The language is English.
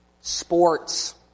sports